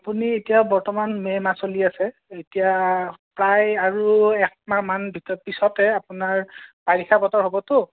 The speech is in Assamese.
আপুনি এতিয়া বৰ্তমান মে' মাহ চলি আছে এতিয়া প্ৰায় আৰু এক মাহ মান পিছতে আপোনাৰ বাৰিষা বতৰ হ'বতো